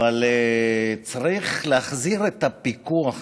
אבל צריך להחזיר את הפיקוח הזה.